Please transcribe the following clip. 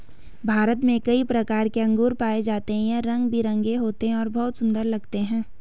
भारत में कई प्रकार के अंगूर पाए जाते हैं यह रंग बिरंगे होते हैं और बहुत सुंदर लगते हैं